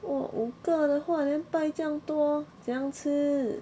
!whoa! 五个的话 then 拜这样多怎样吃